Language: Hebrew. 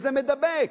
וזה מידבק.